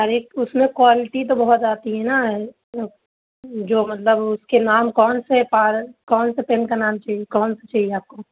ارے اس میں کوالٹی تو بہت آتی ہے نا مطلب جو مطلب اس کے نام کون سے پال کون سے پین کا نام چاہیے کون سے چاہیے آپ کو